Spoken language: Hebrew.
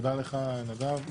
תודה לך, נדב.